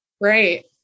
right